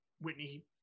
Whitney